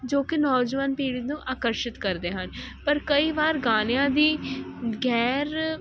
ਜੋ ਕੀ ਨੌਜਵਾਨ ਪੀੜੀ ਨੂੰ ਆਕਰਸ਼ਿਤ ਕਰਦੇ ਹਨ ਪਰ ਕਈ ਵਾਰ ਗਾਣਿਆਂ ਦੀ ਗੈਰ